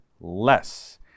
less